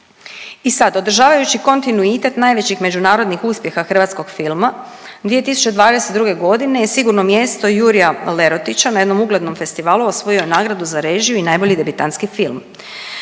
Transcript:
I sad održavajući kontinuitet najvećih međunarodnih uspjeha hrvatskog filma 2022.g. je „Sigurno mjesto“ Jurja Lerotića na jednom uglednom festivalu osvojio nagradu za režiju i najbolji debitantski film,